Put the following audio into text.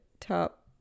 top